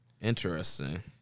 Interesting